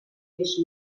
vist